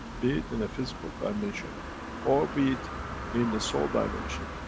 be it in the physical dimension or be it in the soul dimension,